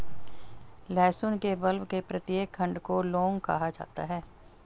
लहसुन के बल्ब के प्रत्येक खंड को लौंग कहा जाता है